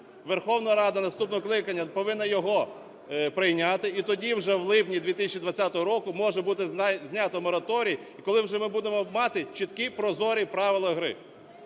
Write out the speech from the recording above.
Верховна Рада наступного скликання повинна його прийняти. І тоді вже в липні 2020 року може буде знято мораторій, коли вже ми будемо мати чіткі прозорі правила гри,